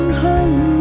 home